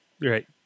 Right